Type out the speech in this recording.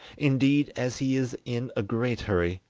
indeed, as he is in a great hurry,